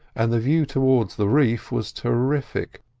and the view towards the reef was terrific,